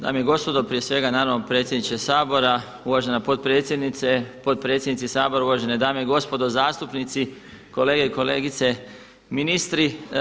Dame i gospodo, prije svega naravno predsjedniče Sabora, uvažena potpredsjednice, potpredsjednici Sabora, uvažene dame i gospodo zastupnici, kolegice i kolege ministri.